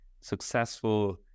successful